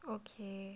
okay